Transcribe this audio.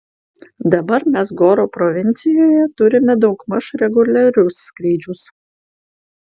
dabar mes goro provincijoje turime daugmaž reguliarius skrydžius